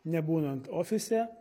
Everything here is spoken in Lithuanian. nebūnant ofise